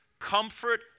Comfort